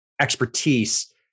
expertise